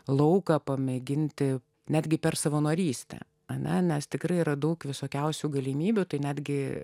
lauką pamėginti netgi per savanorystę aną nes tikrai yra daug visokiausių galimybių tai netgi